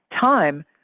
time